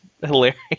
hilarious